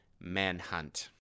Manhunt